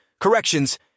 corrections